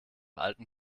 alten